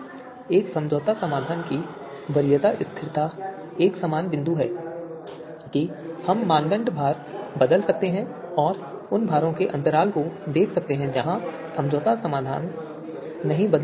एक प्राप्त समझौता समाधान की वरीयता स्थिरता एक समान बिंदु है कि हम मानदंड भार बदल सकते हैं और उन भारों के अंतराल को देख सकते हैं जहां समझौता समाधान नहीं बदला जा रहा है